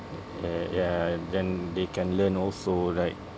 uh ya and then they can learn also like